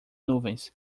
nuvens